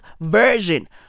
version